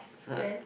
then